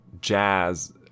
jazz